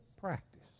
practice